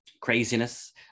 craziness